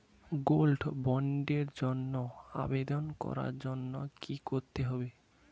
Gold বন্ডের জন্য আবেদন করার জন্য কি করতে হবে?